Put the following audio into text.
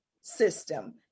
system